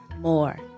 more